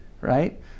right